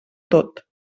tot